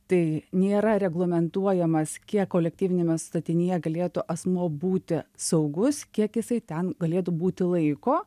tai nėra reglamentuojamas kiek kolektyviniame statinyje galėtų asmuo būti saugus kiek jisai ten galėtų būti laiko